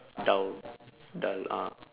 dull dull ah